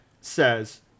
says